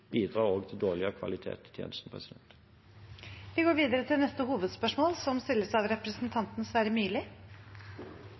bidrar til dårligere kvalitet i tjenesten. Vi går til neste hovedspørsmål.